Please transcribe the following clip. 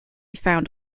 found